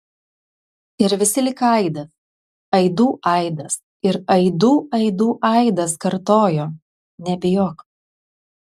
ir visi lyg aidas aidų aidas ir aidų aidų aidas kartojo nebijok